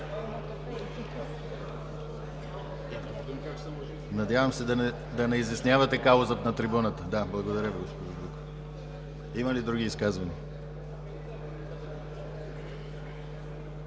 Надявам се да не изяснявате казуса на трибуната. Да, благодаря Ви, госпожо Дукова. Има ли други изказвания?